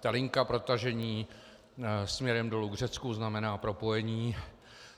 Ta linka protažení směrem dolů k Řecku znamená propojení